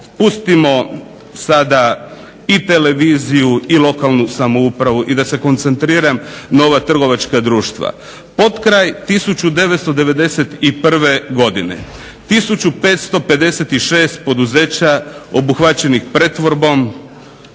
pustimo sada i televiziju i lokalnu samoupravu i da se koncentriram na ova trgovačka društva. Potkraj 1991.godine tisuću 556 poduzeća obuhvaćenih pretvorbom